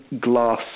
glass